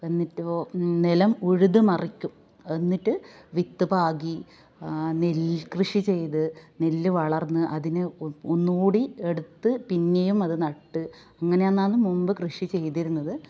എന്നിട്ട് ഓ നിലം ഉഴുത് മറിക്കും എന്നിട്ട് വിത്ത് പാകി നെല്കൃഷി ചെയ്ത് നെല്ല് വളര്ന്ന് അതിന് ഒ ഒന്നൂടി എടുത്ത് പിന്നെയും അത് നട്ട് അങ്ങനെന്നാന്ന് മുമ്പ് കൃഷി ചെയ്തിരുന്നത്